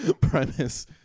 premise